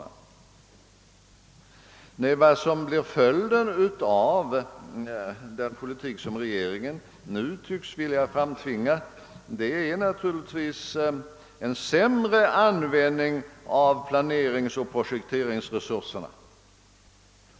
Nej, vad som blir följden av den politik som regeringen nu tycks vilja framtvinga är naturligtvis en sämre användning av planeringsoch projekteringsresurserna.